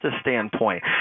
standpoint